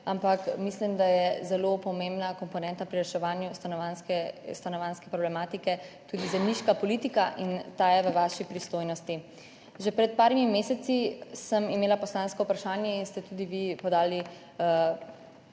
ampak mislim, da je zelo pomembna komponenta pri reševanju stanovanjske problematike tudi zemljiška politika in ta je v vaši pristojnosti. Že pred par meseci sem imela poslansko vprašanje in ste tudi vi podali